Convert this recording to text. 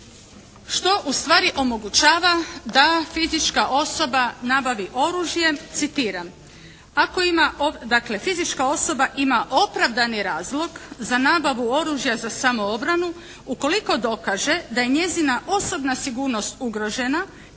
što ustvari omogućava da fizička osoba nabavi oružje, citiram "Dakle, fizička osoba ima opravdani razlog za nabavu oružja za samoobranu ukoliko dokaže da je njezina osobna sigurnost ugrožena